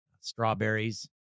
strawberries